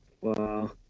Wow